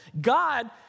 God